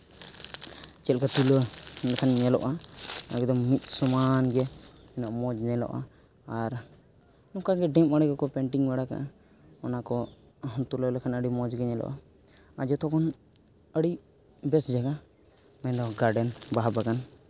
ᱪᱮᱫᱞᱮᱠᱟ ᱛᱩᱞᱟᱹᱣ ᱞᱮᱠᱷᱟᱱ ᱧᱮᱞᱚᱜᱼᱟ ᱮᱠᱫᱚᱢ ᱢᱤᱫ ᱥᱚᱢᱟᱱ ᱜᱮ ᱛᱤᱱᱟᱹᱜ ᱢᱚᱡᱽ ᱧᱮᱞᱚᱜᱼᱟ ᱟᱨ ᱱᱚᱝᱠᱟᱜᱮ ᱰᱮᱢ ᱟᱬᱮ ᱠᱚ ᱠᱚ ᱯᱮᱱᱴᱤᱝ ᱵᱟᱲᱟ ᱠᱟᱜᱼᱟ ᱚᱱᱟᱠᱚ ᱦᱚᱸᱢ ᱛᱩᱞᱟᱹᱣ ᱞᱮᱠᱷᱟᱱ ᱢᱚᱡᱽᱜᱮ ᱧᱮᱞᱚᱜᱼᱟ ᱟᱨ ᱡᱚᱛᱚ ᱠᱷᱚᱱ ᱟᱹᱰᱤ ᱵᱮᱥ ᱡᱟᱭᱜᱟ ᱢᱮᱱᱫᱚ ᱜᱟᱨᱰᱮᱱ ᱵᱟᱦᱟ ᱵᱟᱜᱟᱱ